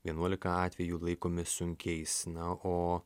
vienuolika atvejų laikomi sunkiais na o